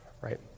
right